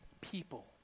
people